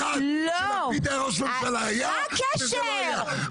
כשלפיד היה ראש ממשלה היה או לא היה.